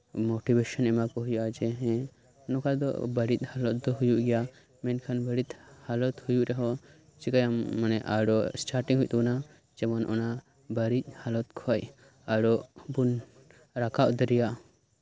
motivation ᱮᱢᱟ ᱠᱚ ᱦᱩᱭᱩᱜᱼᱟ ᱡᱮ ᱦᱮᱸ ᱱᱚᱝᱠᱟ ᱫᱚ ᱵᱟᱹᱲᱤᱡ ᱦᱟᱞᱚᱛ ᱫᱚ ᱦᱩᱭᱩᱜ ᱜᱮᱭᱟ ᱢᱮᱱᱠᱷᱟᱱ ᱵᱟᱹᱲᱤᱡ ᱦᱟᱞᱚᱛ ᱦᱩᱭᱩᱜ ᱨᱮᱦᱚᱸ ᱪᱤᱠᱟᱭᱟᱢ ᱟᱨᱚ ᱮᱥᱴᱟᱴᱤᱝ ᱦᱩᱭᱩᱜ ᱛᱟᱵᱳᱱᱟ ᱡᱮᱢᱚᱱ ᱚᱱᱟ ᱵᱟᱹᱲᱤᱡ ᱦᱟᱞᱚᱛ ᱠᱷᱚᱡ ᱟᱨᱚ ᱵᱚᱱ ᱨᱟᱠᱟᱵᱽ ᱫᱟᱲᱮᱭᱟᱜ